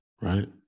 right